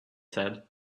said